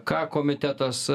ką komitetas